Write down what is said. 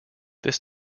this